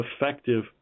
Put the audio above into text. effective